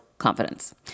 Confidence